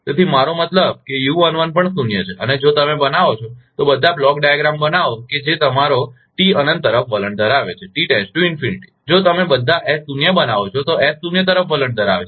તેથી મારો મતલબ કે u11 પણ શૂન્ય છે અને જો તમે બનાવો છો તો બધા બ્લોક ડાયાગ્રામ બનાવો કે જે તમારો ટી અનંત તરફ વલણ ધરાવે છે તેથી જો તમે બધા એસ શૂન્ય બનાવો છો તો એસ શૂન્ય તરફ વલણ ધરાવે છે